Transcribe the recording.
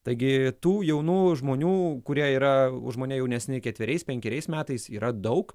taigi tų jaunų žmonių kurie yra už mane jaunesni ketveriais penkeriais metais yra daug